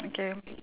okay